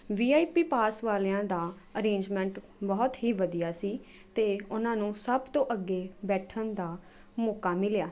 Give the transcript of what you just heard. we I P pass ਵਾਲਿਆਂ ਦਾ arrangement ਬਹੁਤ ਹੀ ਵਧੀਆ ਸੀ ਅਤੇ ਉਹਨਾਂ ਨੂੰ ਸਭ ਤੋਂ ਅੱਗੇ ਬੈਠਣ ਦਾ ਮੌਕਾ ਮਿਲਿਆ